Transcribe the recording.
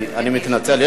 אני מתנצל.